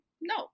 No